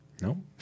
No